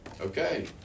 Okay